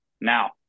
Now